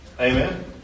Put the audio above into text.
Amen